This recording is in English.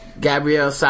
Gabrielle